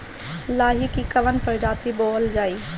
लाही की कवन प्रजाति बोअल जाई?